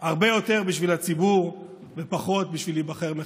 הרבה יותר בשביל הציבור ופחות בשביל להיבחר מחדש.